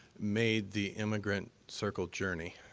made the immigrant circle journey.